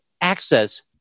access